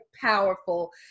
powerful